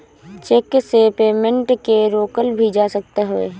check से payment के रोकल भी जा सकत हवे